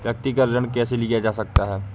व्यक्तिगत ऋण कैसे लिया जा सकता है?